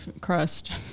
crust